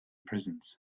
prisons